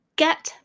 get